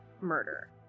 murder